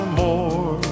more